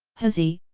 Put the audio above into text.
haozi,